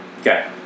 Okay